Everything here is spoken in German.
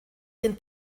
den